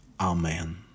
Amen